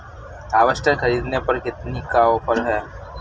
Harvester ख़रीदने पर कितनी का ऑफर है?